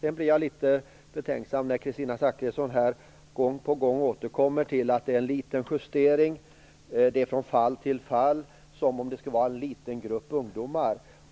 Jag blir litet betänksam när Kristina Zakrisson gång på gång återkommer till att det är fråga om en liten justering från fall till fall här. Hon talar som om detta skulle gälla en liten grupp ungdomar.